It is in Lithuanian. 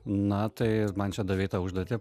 na tai man čia davei užduotį